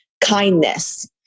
kindness